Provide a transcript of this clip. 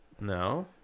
No